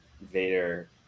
Vader